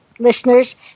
listeners